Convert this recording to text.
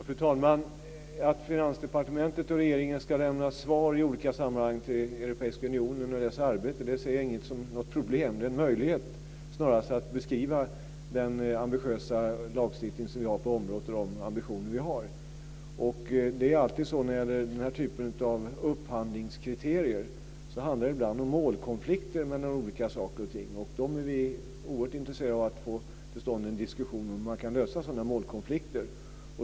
Fru talman! Att Finansdepartementet och regeringen ska lämna svar i olika sammanhang till Europeiska unionen när det gäller dess arbete ser jag inte som något problem. Det är snarast en möjlighet att beskriva den ambitiösa lagstiftning och de ambitioner vi har på området. När det gäller den här typen av upphandlingskriterier handlar det ofta om målkonflikter mellan olika saker och ting, och vi är oerhört intresserade av att få till stånd en diskussion om hur man kan lösa sådana målkonflikter.